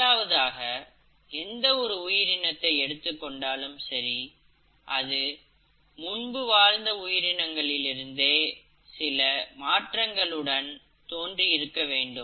முதலாவதாக எந்த ஒரு உயிரினத்தை எடுத்துக்கொண்டாலும் சரி அது முன்பு வாழ்ந்த உயிரினத்திலிருந்தே சில மாற்றங்களுடன் தோன்றியிருக்க வேண்டும்